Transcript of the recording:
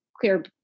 clear